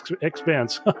expense